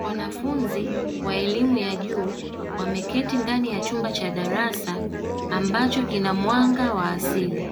Wanafunzi wa elimu ya juu wameketi ndani ya chumba cha darasa ambacho kinamwanga wa asili.